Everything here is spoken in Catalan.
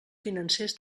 financers